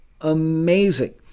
Amazing